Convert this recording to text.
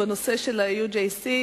בנושא של ה-UJC,